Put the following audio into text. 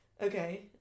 okay